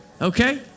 Okay